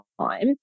time